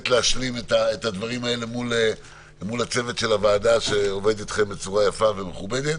להשלים את הדברים האלה מול הצוות של הוועדה שעובד אתכם בצורה יפה ומכובדת.